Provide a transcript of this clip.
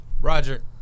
Roger